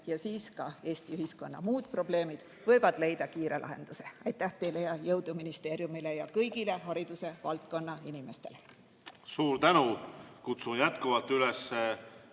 ja siis võivad ka Eesti ühiskonna muud probleemid leida kiire lahenduse. Aitäh teile! Jõudu ministeeriumile ja kõigile haridusvaldkonna inimestele!